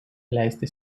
leisti